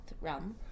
realm